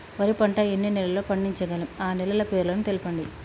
వరి పంట ఎన్ని నెలల్లో పండించగలం ఆ నెలల పేర్లను తెలుపండి?